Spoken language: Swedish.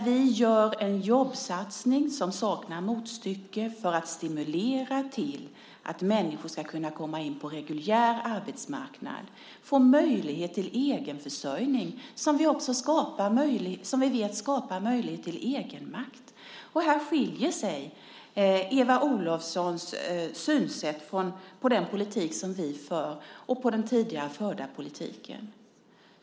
Vi gör en jobbsatsning som saknar motstycke för att stimulera till att människor ska kunna komma in på en reguljär arbetsmarknad och få möjlighet till egenförsörjning, som vi vet skapar möjlighet till egenmakt. Här skiljer sig Eva Olofssons synsätt från den politik som vi för och från den tidigare förda politiken.